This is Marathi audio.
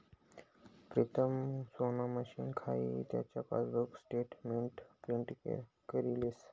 प्रीतम सोना मशीन खाई त्यान पासबुक स्टेटमेंट प्रिंट करी लेस